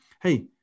hey